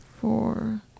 four